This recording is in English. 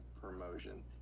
promotion